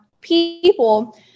people